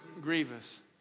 grievous